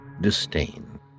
disdain